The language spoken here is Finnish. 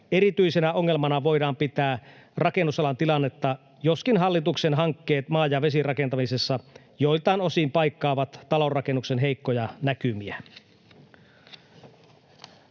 Erityisenä ongelmana voidaan pitää rakennusalan tilannetta, joskin hallituksen hankkeet maa- ja vesirakentamisessa joiltain osin paikkaavat talonrakennuksen heikkoja näkymiä.